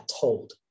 told